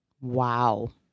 Wow